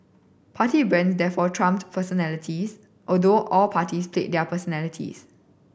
party brands therefore trumped personalities although all parties played their personalities